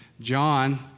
John